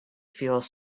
feels